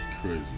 Crazy